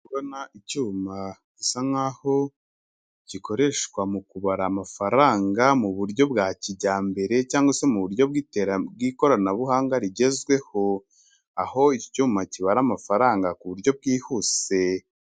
Ndi kubona icyuma, gisa nk'aho gikoreshwa mu kubara amafaranga mu buryo bwa kijyambere, cyangwa se mu buryo bw'ikoranabuhanga rigezweho. Aho iki icyuma kibara amafaranga ku buryo bwihuse.